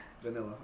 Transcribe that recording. Vanilla